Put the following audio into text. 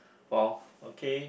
!wow! okay